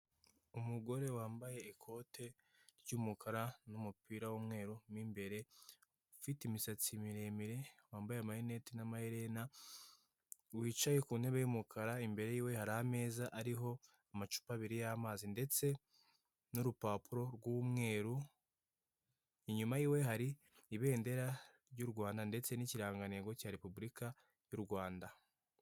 Umugore wambaye ikote ry'umukara n'umupira w'umweru mo imbere, ufite imisatsi miremire, wambaye amarinete n'amaherena, wicaye ku ntebe y'umukara, imbere yiwe hari ameza ariho amacupa abiri y'amazi ndetse n'urupapuro rw'umweru. Inyuma yiwe hari ibendera ry' u Rwanda ndetse n'ikirangantego cya Repubulika y' u Rwanda.